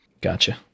Gotcha